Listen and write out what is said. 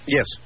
Yes